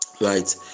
right